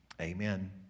Amen